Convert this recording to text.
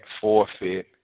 forfeit